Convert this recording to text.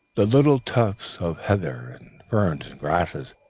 the little tufts of heather and fern and grasses,